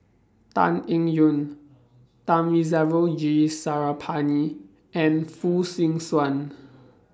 Tan Eng Yoon Thamizhavel G Sarangapani and Fong Swee Suan